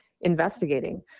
investigating